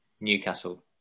Newcastle